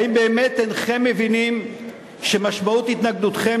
האם באמת אינכם מבינים שמשמעות התנגדותכם